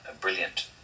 brilliant